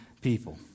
people